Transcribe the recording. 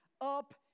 up